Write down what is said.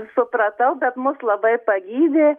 supratau bet mus labai pagydė